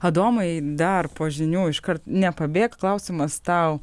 adomui dar po žinių iškart nepabėk klausimas tau